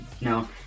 No